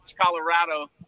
Colorado